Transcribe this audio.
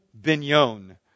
Bignon